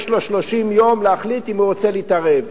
יש לו 30 יום להחליט אם הוא רוצה להתערב,